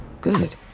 Good